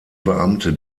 beamte